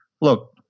look